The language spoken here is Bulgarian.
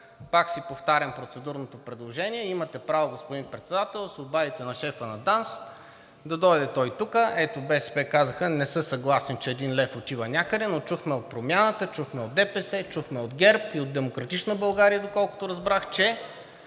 пак си повтарям процедурното предложение, имате право, господин Председател, да се обадите на шефа на ДАНС да дойде той тук. Ето, БСП казаха – не са съгласни, че един лев отива някъде, но чухме от Промяната, чухме от ДПС, чухме от ГЕРБ и от „Демократична България“, доколкото разбрах, че